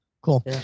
Cool